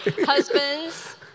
Husbands